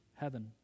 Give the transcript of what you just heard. heaven